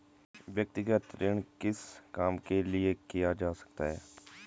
व्यक्तिगत ऋण किस काम के लिए किया जा सकता है?